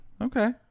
Okay